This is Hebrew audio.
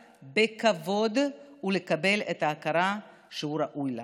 בכבוד ולקבל את ההכרה שהוא ראוי לה".